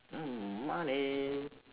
oh money